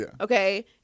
okay